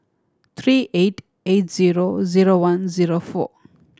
three eight eight zero zero one zero four